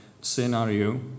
scenario